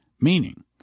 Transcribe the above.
Meaning